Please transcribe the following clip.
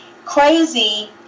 Crazy